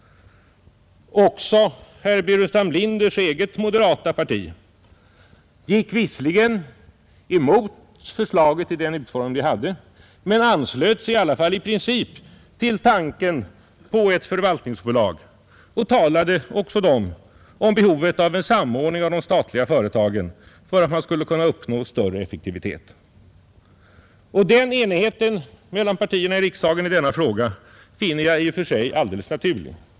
Herr Burenstam Linders eget moderata samlingsparti gick visserligen emot förslaget i den utformning det hade men anslöt sig i alla fall i princip till tanken på ett förvaltningsbolag och talade om behovet av en samordning av de statliga företagen för att man skulle kunna uppnå större effektivitet. Den enigheten mellan partierna i riksdagen i denna fråga finner jag i och för sig alldeles naturlig.